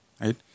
right